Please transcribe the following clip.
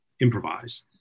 improvise